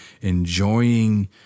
enjoying